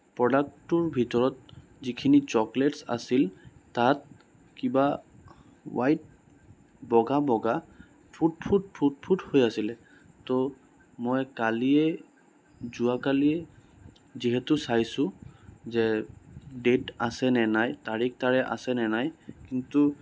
প্ৰডাক্টটোৰ ভিতৰত যিখিনি চকলেটছ আছিল তাত কিবা হোৱাইট বগা বগা ফোট ফোট ফোট ফোট হৈ আছিলে তো মই কালিয়েই যোৱাকালিয়েই যিহেতু চাইছোঁ যে ডেট আছেনে নাই তাৰিখ তাৰে আছেনে নাই কিন্তু